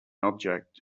object